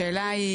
השאלה היא